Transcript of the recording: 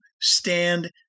stand